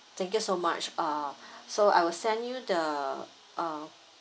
thank you so much ah so I will send you the uh